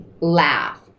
laugh